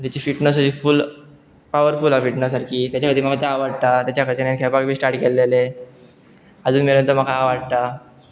तेची फिटनस अशी full powerful आसा फिटनस सारकी तेच्या खातीर म्हाका ते आवडटा तेच्या खातीर हांवें खेळपाक बी स्टार्ट केल्लेले आजून मेरेन तो म्हाका आवडटा